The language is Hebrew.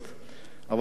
אבל אין מה לעשות,